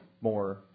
more